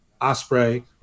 Osprey